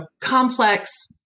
complex